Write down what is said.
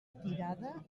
tirada